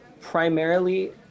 primarily